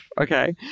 okay